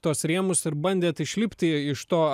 tuos rėmus ir bandėt išlipti iš to